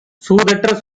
சூதற்ற